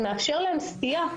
הוא מאשר להם סטייה,